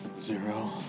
Zero